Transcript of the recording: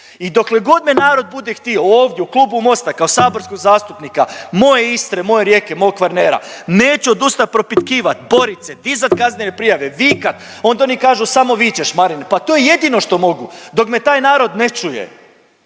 i dokle god me narod bude htio, ovdje u Klubu Mosta kao saborskog zastupnika moje Istre, moje Rijeke, mog Kvarnera, neću odustat propitkivat, borit se, dizat kaznene prijave, vikat, onda oni kažu samo vičeš Marine, pa to je jedino što mogu, dok me taj narod ne čuje